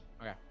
Okay